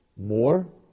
More